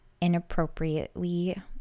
inappropriately